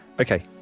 Okay